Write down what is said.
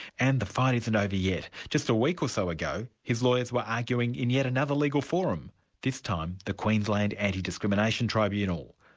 and the fight isn't over yet. just a week or so ago, his lawyers were arguing in yet another legal forum this time the queensland anti-discrimination tribunal.